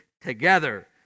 together